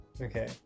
Okay